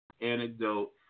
Anecdote